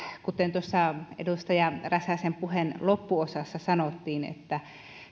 kuten tuossa edustaja räsäsen puheen loppuosassa sanottiin että